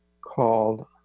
called